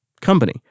company